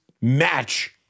match